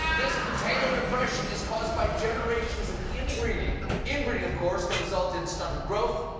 this potato depression is caused by generations of inbreeding. inbreeding, of course, can result in stunted growth,